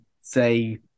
say